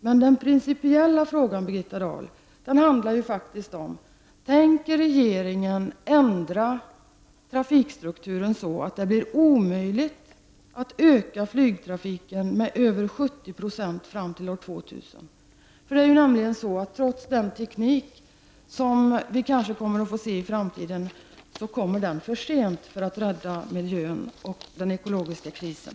Men den principiella frågan, Birgitta Dahl är: Tänker regeringen ändra trafikstrukturen så att det blir omöjligt att öka flygtrafiken med över 70 9o fram till år 2000? Det är nämligen så, att den teknik som vi kanske kommer att få se i framtiden, kommer för sent för att rädda miljön och förhindra den ekologiska krisen.